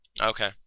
Okay